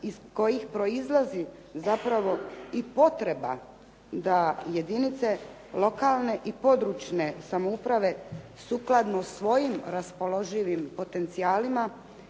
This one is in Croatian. iz kojih proizlazi zapravo i potreba da jedinice lokalne i područne samouprave sukladno svojim raspoloživim potencijalima